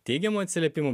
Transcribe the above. teigiamų atsiliepimų